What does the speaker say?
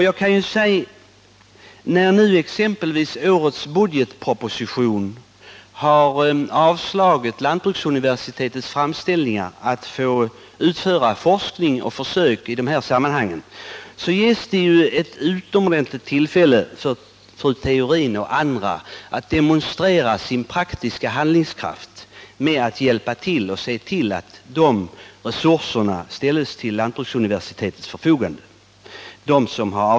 Jag kan ju säga, när man i årets budgetproposition avstyrkt lantbruksuniversitetets framställning att få utföra forskning och försök i de här sammanhangen, att fru Theorin och andra får ett utomordentligt tillfälle att demonstrera sin praktiska handlingskraft genom att se till att de erforderliga resurserna verkligen ställs till lantbruksuniversitetets förfogande.